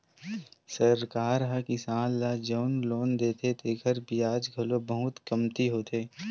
सरकार ह किसान ल जउन लोन देथे तेखर बियाज घलो बहुते कमती होथे